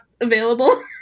available